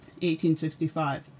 1865